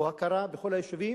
הוא הכרה בכל היישובים.